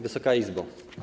Wysoka Izbo!